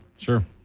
Sure